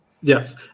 Yes